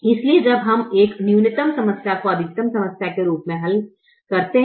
इसलिए जब हम एक न्यूनतम समस्या को अधिकतम समस्या के रूप में हल करते हैं